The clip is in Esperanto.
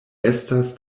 estas